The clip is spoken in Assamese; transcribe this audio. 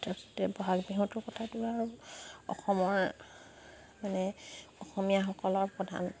বহাগ বিহুটোৰ কথাটো আৰু অসমৰ মানে অসমীয়াসকলৰ প্ৰধান